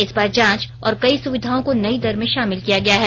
इस बार जांच और कई सुविधाओं को नई दर में शामिल किया गया है